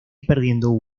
perdiendo